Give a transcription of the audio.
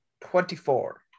Twenty-four